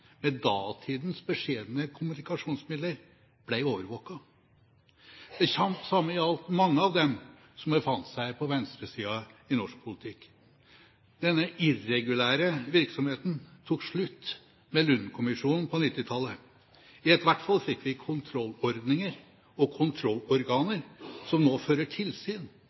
med omverdenen med datidens beskjedne kommunikasjonsmidler ble overvåket. Det samme gjaldt mange av dem som befant seg på venstresiden i norsk politikk. Denne irregulære virksomheten tok slutt med Lund-kommisjonen på 1990-tallet – i hvert fall fikk vi kontrollordninger og kontrollorganer som nå fører tilsyn